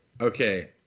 Okay